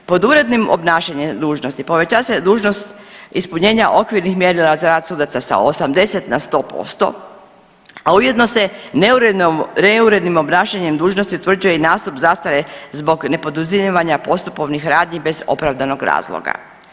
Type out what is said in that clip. Pod urednim obnašanjem dužnosti povećava se dužnost ispunjenja okvirnih mjerila za rad sudaca sa 80 na 100 posto, a ujedno se neurednim obnašanjem dužnosti utvrđuje i nastup zastare zbog nepoduzimanja postupovnih radnji bez opravdanog razloga.